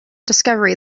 discovery